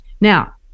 now